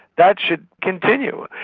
that should continue.